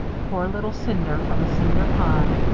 poor little cinder from the cinder pond!